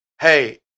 hey